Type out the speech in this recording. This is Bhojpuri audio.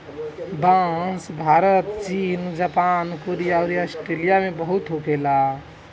बांस भारत चीन जापान कोरिया अउर आस्ट्रेलिया में बहुते होखे ला